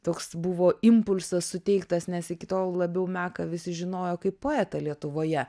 toks buvo impulsas suteiktas nes iki tol labiau meką visi žinojo kaip poetą lietuvoje